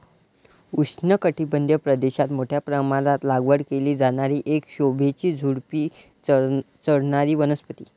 उष्णकटिबंधीय प्रदेशात मोठ्या प्रमाणात लागवड केली जाणारी एक शोभेची झुडुपी चढणारी वनस्पती